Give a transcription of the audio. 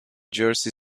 jersey